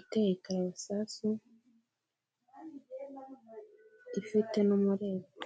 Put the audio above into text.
iteye karabasasu, ifite n'umureko.